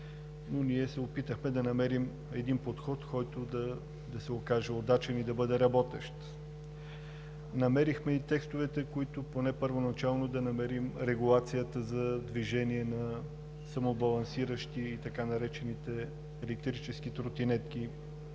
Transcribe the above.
но ние се опитахме да намерим един подход, който да се окаже удачен и да бъде работещ. Намерихме и текстовете, с които поне първоначално да намерим регулацията за движение на самобалансиращи така наречените електрически тротинетки